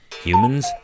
humans